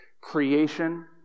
creation